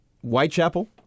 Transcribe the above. Whitechapel